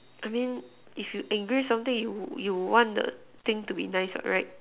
I mean if you engrave something you would would want the thing to be nice right